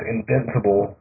Invincible